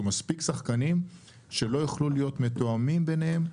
שיהיו מספיק שחקנים שלא יוכלו להיות מתואמים ביניהם.